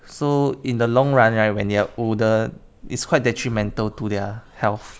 so in the long run right when they're older it's quite detrimental to their health